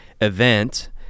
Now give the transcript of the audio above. event